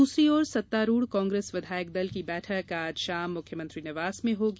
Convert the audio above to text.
दूसरी ओर सत्तारूढ़ कांग्रेस विधायक दल की बैठक आज शाम मुख्यमंत्री निवास में होगी